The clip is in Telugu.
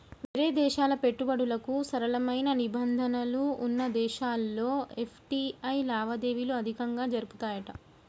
వేరే దేశాల పెట్టుబడులకు సరళమైన నిబంధనలు వున్న దేశాల్లో ఎఫ్.టి.ఐ లావాదేవీలు అధికంగా జరుపుతాయట